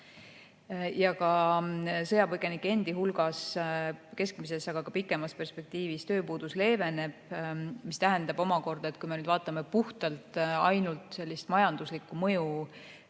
ka sõjapõgenike endi hulgas keskmises ja pikemas perspektiivis tööpuudus leeveneb. See tähendab omakorda, et kui me vaatame puhtalt majanduslikku mõju